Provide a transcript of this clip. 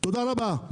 תודה רבה.